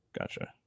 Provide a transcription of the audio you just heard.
gotcha